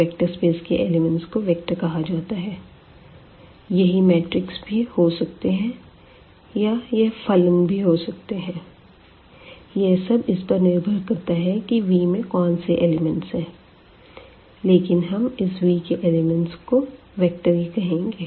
vector space के elements को vector कहा जाता है यही मैट्रिक्स भी हो सकते हैं यह फंक्शन भी हो सकते हैं यह सब इस पर निर्भर करता है कि V में कौन से एलिमेंट्स है लेकिन हम इस V के एलिमेंट्स को वेक्टर कहेंगे